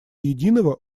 единого